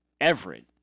Everett